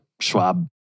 Schwab